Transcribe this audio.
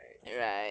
right